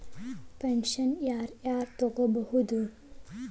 Pension ಯಾರ್ ಯಾರ್ ತೊಗೋಬೋದು?